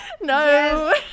No